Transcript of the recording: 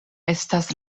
estas